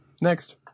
Next